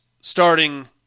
starting